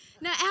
Now